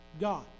God